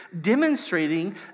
demonstrating